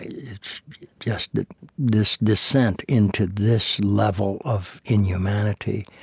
it's just this descent into this level of inhumanity,